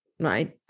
Right